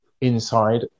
inside